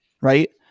right